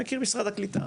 הוא מכיר משרד הקליטה.